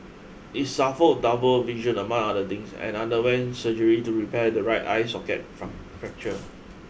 he suffered double vision among other things and underwent surgery to repair the right eye socket fracture